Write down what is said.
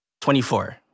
24